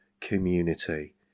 community